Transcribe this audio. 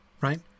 right